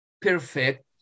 perfect